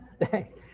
Thanks